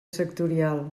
sectorial